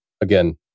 again